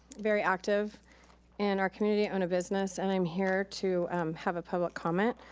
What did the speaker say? very active in our community, own a business, and i'm here to have a public comment.